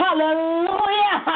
Hallelujah